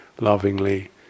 lovingly